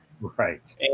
Right